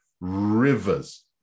rivers